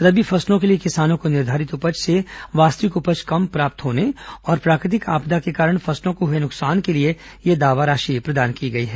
रबी फसलों के लिए किसानों को निर्धारित उपज से वास्तविक उपज कम प्राप्त होने और प्राकृतिक आपदा के कारण फसलों को हुए नुकसान के लिए यह दावा राशि प्रदान की गई है